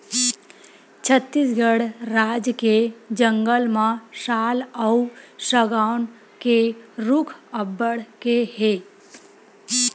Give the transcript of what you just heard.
छत्तीसगढ़ राज के जंगल म साल अउ सगौन के रूख अब्बड़ के हे